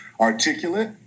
articulate